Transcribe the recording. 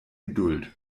geduld